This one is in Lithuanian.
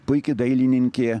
puiki dailininkė